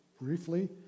briefly